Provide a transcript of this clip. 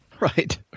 Right